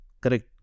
correct